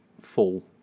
full